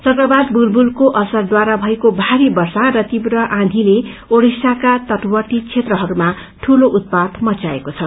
चक्रवात बुलबुसको असरद्वारा भएको भारी वर्षा र तीव्र आँचीले ओडिसाका तटवर्ती क्षेत्रहरूमा दूलो उत्पाद मध्वाएको छ